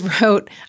wrote